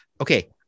Okay